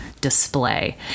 display